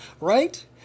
right